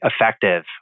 effective